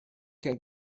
can